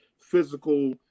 physical